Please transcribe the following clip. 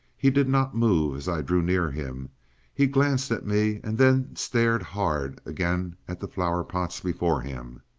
he did not move as i drew near him he glanced at me, and then stared hard again at the flowerpots before him.